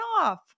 off